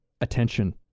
attention